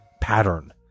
pattern